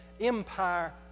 empire